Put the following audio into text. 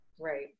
Right